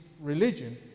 religion